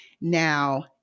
Now